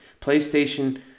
PlayStation